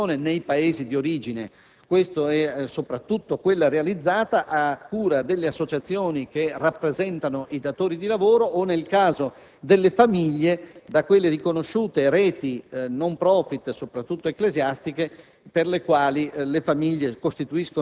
nella formazione e selezione dei lavoratori nei Paesi di origine. Tale selezione viene realizzata a cura delle associazioni che rappresentano i datori di lavoro o, nel caso delle famiglie, da quelle riconosciute reti *non-profit*, soprattutto ecclesiastiche,